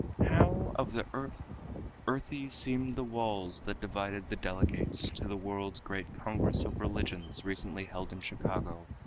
how of the earth earthy seemed the walls that divided the delegates to the world's great congress of religions, recently held in chicago,